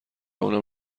اونم